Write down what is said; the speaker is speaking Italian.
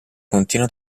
continua